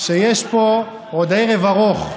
שיש פה עוד ערב ארוך.